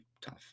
tough